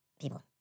People